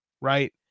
right